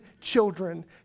children